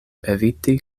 eviti